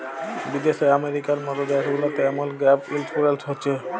বিদ্যাশে আমেরিকার মত দ্যাশ গুলাতে এমল গ্যাপ ইলসুরেলস হছে